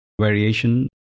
variation